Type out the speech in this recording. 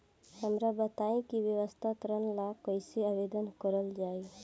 हमरा बताई कि व्यवसाय ऋण ला कइसे आवेदन करल जाई?